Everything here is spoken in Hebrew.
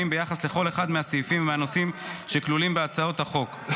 ביחס לכל אחד מהסעיפים ומהנושאים שכלולים בהצעות החוק.